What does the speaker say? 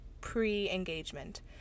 pre-engagement